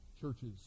churches